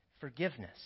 Forgiveness